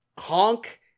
honk